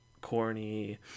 corny